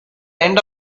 end